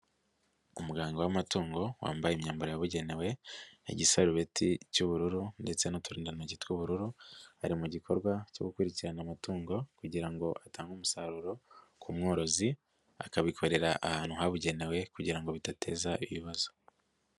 Umuganga w'amatungo wambaye imyambaro yabugenewe, igisarubeti cy'ubururu ndetse n'uturindantoki tw'ubururu, ari mu gikorwa cyo gukurikirana amatungo kugira ngo atange umusaruro ku mworozi, akabikorera ahantu habugenewe kugira ngo bidateza ibibazo.